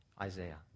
Isaiah